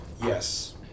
Yes